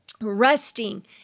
resting